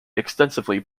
extensively